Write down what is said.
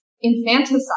infanticide